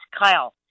Kyle